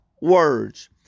words